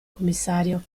commissario